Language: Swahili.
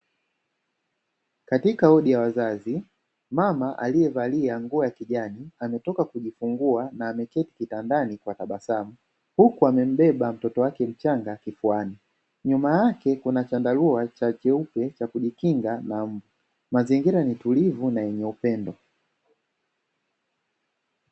Katika wodi ya wazazi, mama aliyevalia nguo ya kijani ametoka kujifungua na ameketi kitandani kwa tabasamu, huku amembeba mtoto wake kifuani, nyuma yake kuna chandarua cheupe cha kujikinga na mbu, mazingira ni tulivu na yenye upendo.